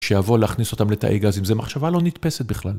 שיבוא להכניס אותם לתאי גזים, אם זה מחשבה לא נתפסת בכלל.